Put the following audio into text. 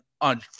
on